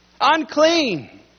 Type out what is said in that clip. unclean